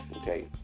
Okay